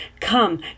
Come